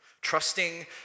trusting